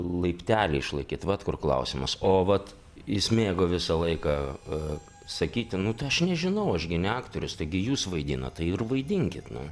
laiptelį išlaikyt vat kur klausimas o vat jis mėgo visą laiką sakyti nu tai aš nežinau aš gi ne aktorius taigi jūs vaidinat tai ir vaidinkit nu